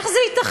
איך זה ייתכן?